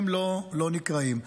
לא נקראים,